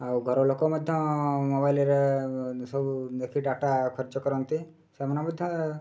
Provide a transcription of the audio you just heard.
ଆଉ ଘର ଲୋକ ମଧ୍ୟ ମୋବାଇଲ୍ରେ ସବୁ ଦେଖି ଡାଟା ଖର୍ଚ୍ଚ କରନ୍ତି ସେମାନେ ମଧ୍ୟ